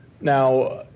Now